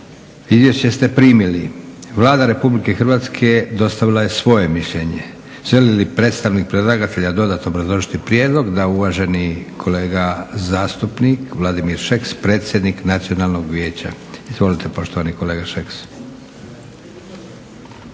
Izvješće ste primili. Vlada Republike Hrvatske dostavila je svoje mišljenje. Želi li predstavnik predlagatelja dodatno obrazložiti prijedlog? Da. Uvaženi kolega zastupnik Vladimir Šeks, predsjednik Nacionalnog vijeća. Izvolite poštovani kolega Šeks.